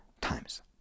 times